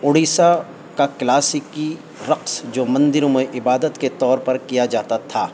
اڑیسہ کا کلاسکی رقص جو مندروں میں عبادت کے طور پر کیا جاتا تھا